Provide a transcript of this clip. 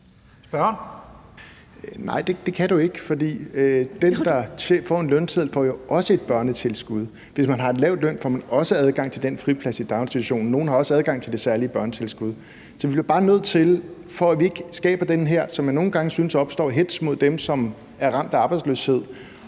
Nej, det kan du ikke, for den, der får en lønseddel, får jo også et børnetilskud. Hvis man har en lav løn, får man også adgang til en friplads i daginstitutionen. Nogle har også adgang til det særlige børnetilskud. Så vi bliver bare nødt til, for at vi ikke skaber den her hetz – som jeg synes nogle gange opstår – mod dem, som er ramt af arbejdsløshed,